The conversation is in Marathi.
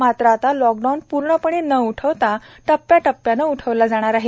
मात्र आता लॉकडाऊन पूर्णपणे न उठवठा टप्प्याटप्प्याने उठवला जाणार आहे